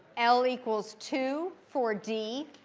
l equals two for d.